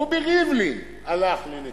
רובי ריבלין הלך לנתניהו,